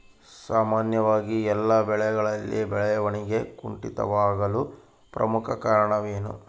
ಸಾಮಾನ್ಯವಾಗಿ ಎಲ್ಲ ಬೆಳೆಗಳಲ್ಲಿ ಬೆಳವಣಿಗೆ ಕುಂಠಿತವಾಗಲು ಪ್ರಮುಖ ಕಾರಣವೇನು?